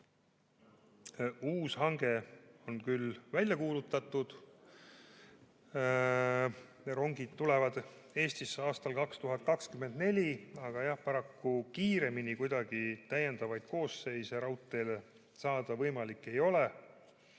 Uus hange on küll välja kuulutatud, rongid tulevad Eestisse aastal 2024. Jah, paraku kiiremini kuidagi täiendavaid koosseise raudteele saada võimalik ei ole.